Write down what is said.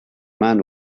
man